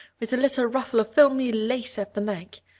with a little ruffle of filmy lace at the neck.